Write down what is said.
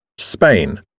Spain